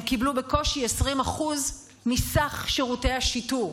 הם קיבלו בקושי 20% מסך שירותי השיטור.